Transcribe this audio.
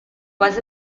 was